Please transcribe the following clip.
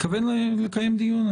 מתכוון לקיים דיון.